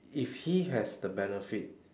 if he has the benefit